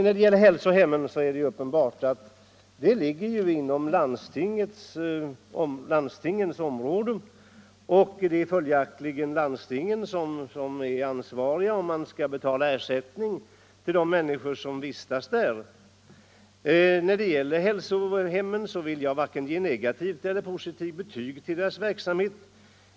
När det gäller hälsohemmen är det uppenbart att den frågan ligger inom landstingens område, och det är följaktligen landstingen som är ansvariga för om man skall betala ut ersättning till de människor som vistas på hälsohem. Jag vill inte ge vare sig negativt eller positivt betyg åt hälsohemmens verksamhet.